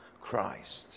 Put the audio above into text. Christ